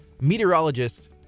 meteorologist